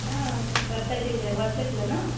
हां वर्धा जिल्ह्या वर्धेतलं ना